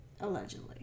Allegedly